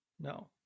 No